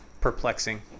perplexing